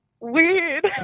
weird